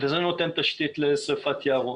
וזה נותן תשתית לשריפת יערות.